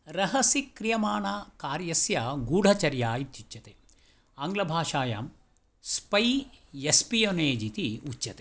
रहसि क्रियमाणा कार्यस्य गूढचर्या इत्युच्यते आंङ्गलभाषायां स्पै एस्पियोनेज् इति उच्यते